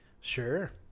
Sure